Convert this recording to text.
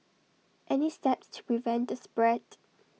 any steps to prevent the spread